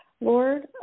Lord